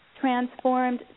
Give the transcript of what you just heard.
transformed